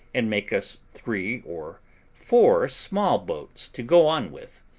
and make us three or four small boats to go on with.